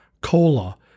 cola